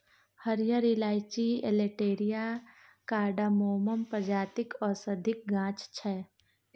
हरियर इलाईंची Elettaria cardamomum प्रजातिक औषधीक गाछ छै